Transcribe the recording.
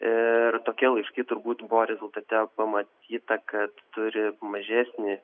ir tokie laiškai turbūt buvo rezultate pamatyta kad turi mažesnį